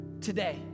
today